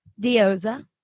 Dioza